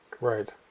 Right